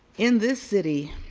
in this city